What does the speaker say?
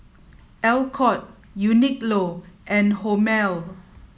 Alcott Uniqlo and Hormel